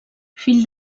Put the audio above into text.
fill